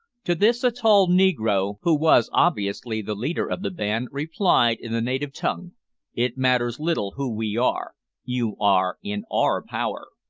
to this a tall negro, who was obviously the leader of the band, replied in the native tongue it matters little who we are you are in our power.